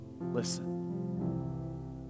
Listen